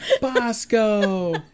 Bosco